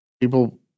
people